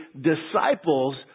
disciples